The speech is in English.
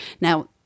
Now